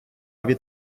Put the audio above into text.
від